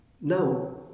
Now